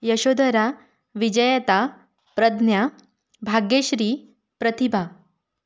Yashodara Vijayata Pragya Bhagyashree Pratibha